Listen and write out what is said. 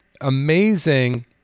amazing